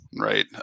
right